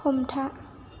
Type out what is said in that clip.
हमथा